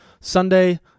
Sunday